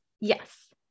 yes